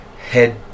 head